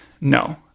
No